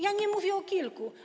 Ja nie mówię o kilku.